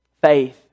faith